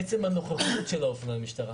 עצם הנוכחות של אופנועי משטרה